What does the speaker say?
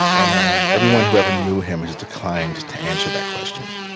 and everyone who ever knew him has declined to answer that question.